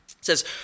says